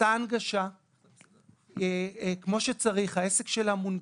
עשתה הנגשה כמו שצריך והעסק שלה מונגש.